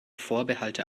vorbehalte